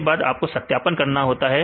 इसके बाद आपको सत्यापन करना होगा